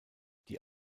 die